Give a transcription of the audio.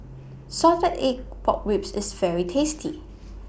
Salted Egg Pork Ribs IS very tasty